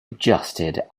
adjusted